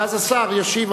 ואז השר ישיב.